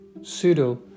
pseudo